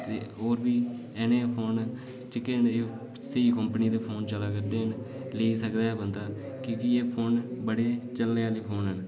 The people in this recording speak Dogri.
ते होर बी हैन फोन सी कंपनी दे फोन चला करदे न लेई सकदा बंदा कि केह् एह् फोन बड़े चलने आह्ले फोन न